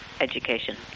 education